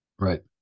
right